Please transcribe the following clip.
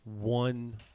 one